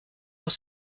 dans